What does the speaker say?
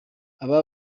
aba